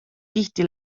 tihti